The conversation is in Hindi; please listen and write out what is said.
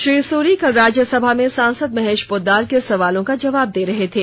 श्री सुरी कल राज्यसभा में सांसद महेश पोद्दार के सवालों का जवाब दे रहे थे